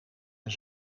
een